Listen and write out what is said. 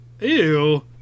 ew